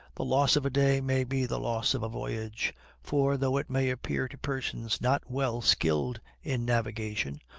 the loss of a day may be the loss of a voyage for, though it may appear to persons not well skilled in navigation,